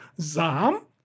Zam